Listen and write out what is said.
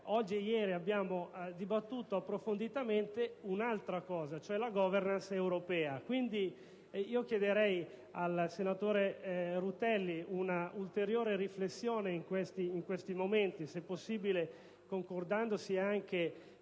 oggi e ieri abbiamo dibattuto approfonditamente un'altra cosa, ossia la *governance* europea. Chiederei, quindi, al senatore Rutelli un'ulteriore riflessione in questi momenti, se possibile coodinandosi anche con